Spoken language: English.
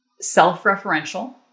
self-referential